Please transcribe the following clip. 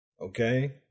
Okay